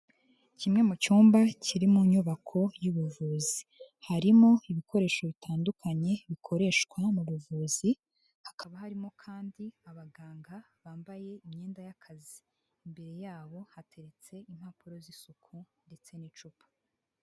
Kimwe mu cyumba kiri mu nyubako y'ubuvuzi harimo ibikoresho bitandukanye, bikoreshwa mu buvuzi hakaba harimo kandi abaganga bambaye imyenda y'akazi, imbere yabo hateretse impapuro z'isuku ndetse n'icupa.